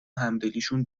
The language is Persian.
همدلیشون